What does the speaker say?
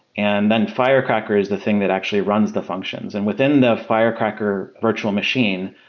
and then firecracker is the thing that actually runs the functions. and within the firecracker virtual machine,